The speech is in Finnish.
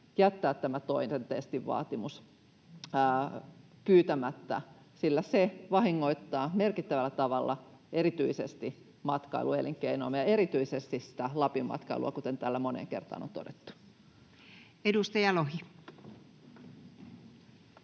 tämä toisen testin vaatimus pyytämättä, sillä se vahingoittaa merkittävällä tavalla erityisesti matkailuelinkeinoamme ja erityisesti Lapin matkailua, kuten täällä moneen kertaan on todettu. Edustaja Lohi.